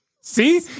See